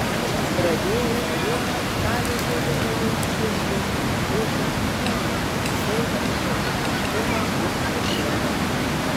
pradėjus brėkšti talė tolumoje išgirdo ošiant jūrą silpną šniokštimą už horizonto